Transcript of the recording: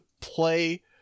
play